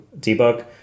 debug